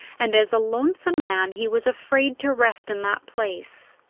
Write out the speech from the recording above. and as a lonesome man he was afraid to rest in that place.